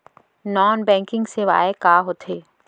non banking सेवाएं का होथे